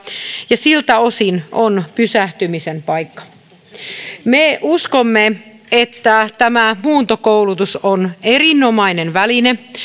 ja siltä osin on pysähtymisen paikka me uskomme että tämä muuntokoulutus on erinomainen väline